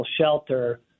shelter